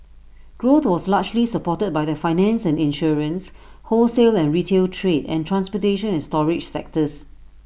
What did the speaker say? growth was largely supported by the finance and insurance wholesale and retail trade and transportation and storage sectors